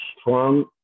strong